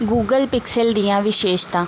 Google Pixel दियां विशेशतां